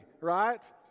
right